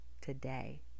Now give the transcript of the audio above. today